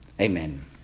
Amen